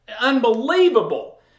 unbelievable